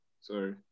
Sorry